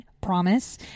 promise